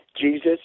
Jesus